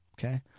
okay